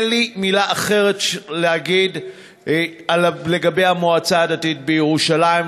אין לי מילה אחרת להגיד לגבי המועצה הדתית בירושלים,